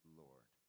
lord